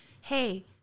Hey